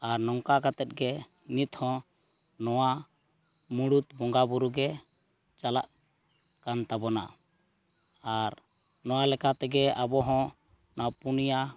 ᱟᱨ ᱱᱚᱝᱠᱟ ᱠᱟᱛᱮᱫ ᱜᱮ ᱱᱤᱛᱦᱚᱸ ᱱᱚᱣᱟ ᱢᱩᱲᱩᱫ ᱵᱚᱸᱜᱟ ᱵᱩᱨᱩᱜᱮ ᱪᱟᱞᱟᱜ ᱠᱟᱱ ᱛᱟᱵᱚᱱᱟ ᱟᱨ ᱱᱚᱣᱟ ᱞᱮᱠᱟᱛᱮᱜᱮ ᱟᱵᱚᱦᱚᱸ ᱚᱱᱟ ᱯᱚᱱᱭᱟ